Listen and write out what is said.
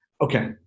Okay